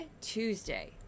Tuesday